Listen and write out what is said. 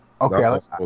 Okay